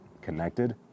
connected